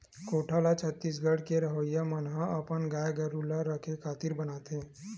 कोठा ल छत्तीसगढ़ के रहवइया मन ह अपन गाय गरु ल रखे खातिर बनाथे